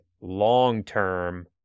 long-term